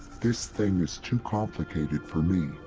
this thing is too complicated for me.